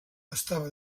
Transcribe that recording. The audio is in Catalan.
estava